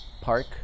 Park